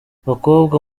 bakobwa